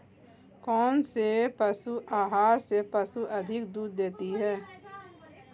कौनसे पशु आहार से पशु अधिक दूध देते हैं?